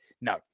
no